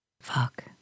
Fuck